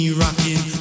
rocking